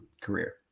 career